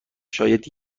شاید